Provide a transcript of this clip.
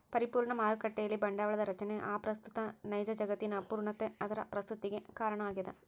ಪರಿಪೂರ್ಣ ಮಾರುಕಟ್ಟೆಯಲ್ಲಿ ಬಂಡವಾಳದ ರಚನೆ ಅಪ್ರಸ್ತುತ ನೈಜ ಜಗತ್ತಿನ ಅಪೂರ್ಣತೆ ಅದರ ಪ್ರಸ್ತುತತಿಗೆ ಕಾರಣ ಆಗ್ಯದ